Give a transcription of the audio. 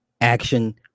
action